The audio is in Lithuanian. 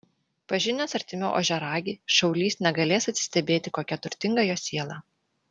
pažinęs artimiau ožiaragį šaulys negalės atsistebėti kokia turtinga jo siela